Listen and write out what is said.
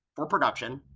for production,